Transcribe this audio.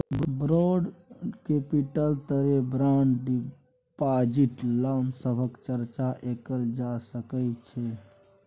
borrowed capital तरे bond deposit loan सभक चर्चा कएल जा सकइ छै